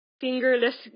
fingerless